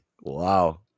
Wow